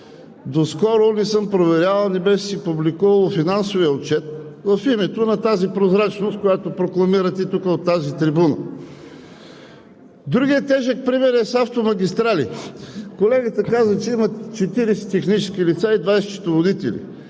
Наскоро не съм проверявал, но не си беше публикувало финансовия отчет в името на тази прозрачност, която прокламирате тук от тази трибуна. Другият тежък пример е с автомагистралите. Колегата каза, че има 40 технически лица и 20 счетоводители.